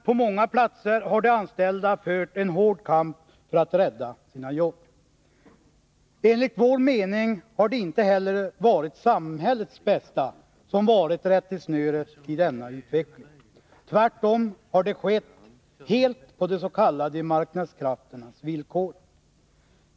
På många platser har de anställda fört en hård kamp för att rädda sina jobb. Enligt vår mening är det inte samhällets bästa som har varit rättesnöret i denna utveckling. Tvärtom har den skett helt på de s.k. marknadskrafternas villkor.